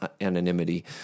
anonymity